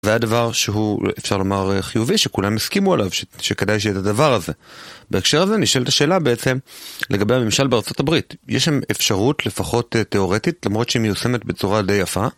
זה הדבר שהוא אפשר לומר חיובי, שכולם הסכימו עליו שכדאי שיהיה את הדבר הזה. בהקשר הזה, אני אשאל את השאלה בעצם לגבי הממשל בארצות הברית. יש שם אפשרות, לפחות תיאורטית, למרות שהיא מיוסמת בצורה די יפה?